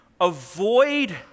avoid